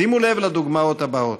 שימו לב לדוגמאות הבאות: